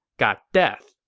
got death.